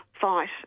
fight